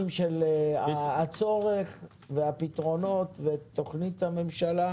כולל הצגת נתונים על הצורך ועל הפתרונות ותוכנית הממשלה,